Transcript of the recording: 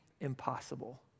impossible